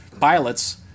pilots